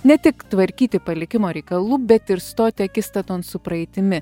ne tik tvarkyti palikimo reikalų bet ir stoti akistaton su praeitimi